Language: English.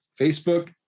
Facebook